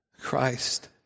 Christ